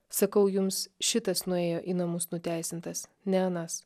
sakau jums šitas nuėjo į namus nuteisintas ne anas